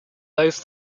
both